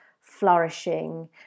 flourishing